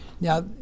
Now